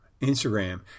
Instagram